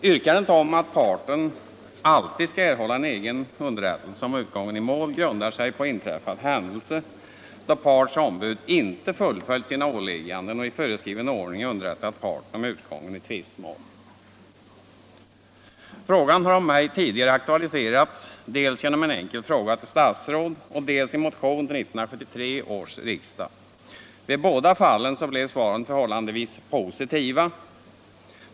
Yrkandet om att parten alltid skall erhålla en egen underrättelse om utgången i mål grundar sig på inträffad händelse då partens ombud inte fullföljt sina åligganden och i föreskriven ordning underrättat parten om utgången i tvistemål. Frågan har av mig tidigare aktualiserats dels i en enkel fråga till statsråd, dels i motion till 1973 års riksdag. Vid båda fallen blev svaren förhållandevis positiva.